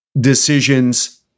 decisions